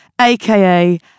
aka